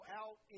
out